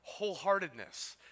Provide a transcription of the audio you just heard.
Wholeheartedness